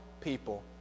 people